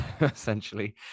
essentially